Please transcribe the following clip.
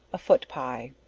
a foot pie.